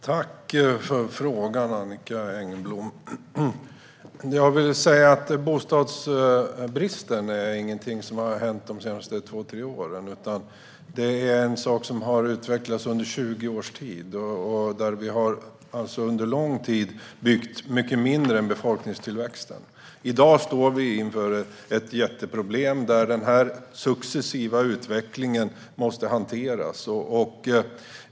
Herr talman! Tack för frågan, Annicka Engblom! Bostadsbristen är ingenting som har hänt de senaste två tre åren, utan den har utvecklats under 20 års tid. Vi har under lång tid byggt i mycket lägre takt än befolkningstillväxten. I dag står vi inför ett jätteproblem, och den här successiva utvecklingen måste hanteras.